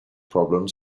problems